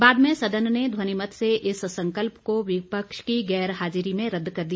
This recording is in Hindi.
बाद में सदन ने ध्वनिमत से इस संकल्प को विपक्ष की गैर हाजिरी में रद्द कर दिया